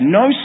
no